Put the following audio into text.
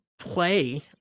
play